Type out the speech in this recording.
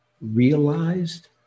realized